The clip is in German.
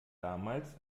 damals